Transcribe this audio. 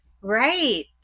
Right